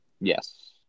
yes